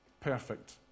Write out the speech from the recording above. perfect